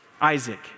Isaac